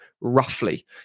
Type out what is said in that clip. roughly